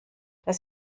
das